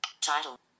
Title